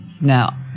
Now